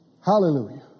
Hallelujah